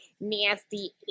Nasty